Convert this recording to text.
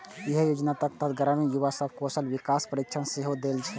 एहि योजनाक तहत ग्रामीण युवा सब कें कौशल विकास प्रशिक्षण सेहो देल जेतै